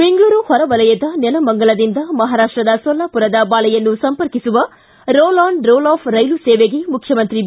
ಬೆಂಗಳೂರು ಹೊರವಲಯದ ನೆಲಮಂಗಲದಿಂದ ಮಹಾರಾಷ್ಟದ ಸೋಲಾಪುರದ ಬಾಲೆಯನ್ನು ಸಂಪರ್ಕಿಸುವ ರೋಲ್ ಆನ್ ರೋಲ್ ಆಫ್ ರೈಲು ಸೇವೆಗೆ ಮುಖ್ಯಮಂತ್ರಿ ಬಿ